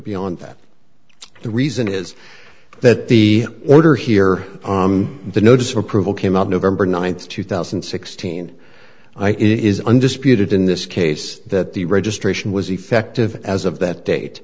beyond that the reason is that the order here on the notice of approval came up nov ninth two thousand and sixteen i it is undisputed in this case that the registration was effective as of that date